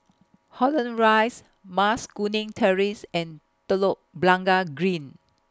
Holland Rise Mas Kuning Terrace and Telok Blangah Green